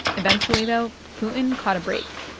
eventually, though, putin caught a break.